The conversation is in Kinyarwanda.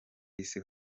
isi